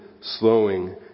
slowing